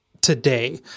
today